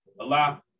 Allah